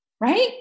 right